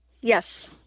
Yes